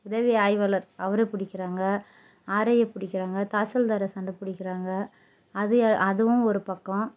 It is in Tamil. உதவி ஆய்வாளர் அவரை பிடிக்கறாங்க ஆர்ஐயை பிடிக்கறாங்க தாசில்தாரை சண்டை பிடிக்கறாங்க அது அதுவும் ஒரு பக்கம்